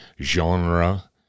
genre